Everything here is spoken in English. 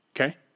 okay